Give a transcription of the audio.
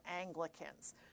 Anglicans